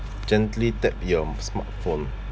gently tap your smartphone